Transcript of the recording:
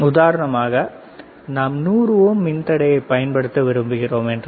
உதாரணமாக நாம் 100 ஓம் மின்தடையை பயன்படுத்த விரும்புகிறோம் என்றால்